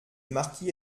marquis